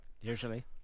Usually